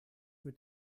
mit